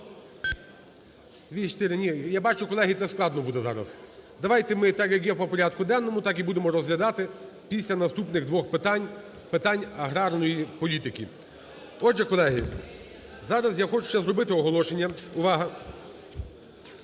За-204 Ні, я бачу, колеги, це складно буде зараз. Давайте ми так, як є по порядку денному, так і будемо розглядати після наступних двох питань – питань аграрної політки. Отже, колеги, зараз я хочу ще зробити оголошення. Увага!